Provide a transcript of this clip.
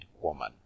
woman